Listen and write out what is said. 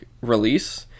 release